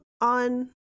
on